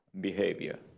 behavior